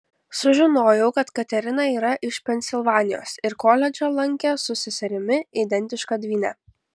sužinojau kad katerina yra iš pensilvanijos ir koledžą lankė su seserimi identiška dvyne